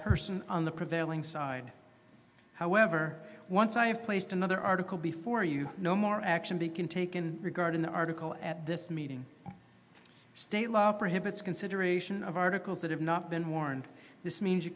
person on the prevailing side however once i have placed another article before you know more action beacon taken regarding the article at this meeting state law prohibits consideration of articles that have not been warned this means you